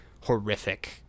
horrific